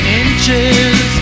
inches